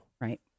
right